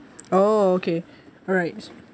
oh okay alright